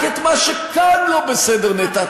רק את מה שכאן לא בסדר נטאטא.